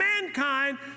mankind